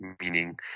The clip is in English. meaning